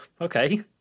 Okay